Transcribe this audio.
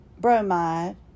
Bromide